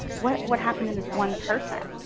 what what happened in this one person?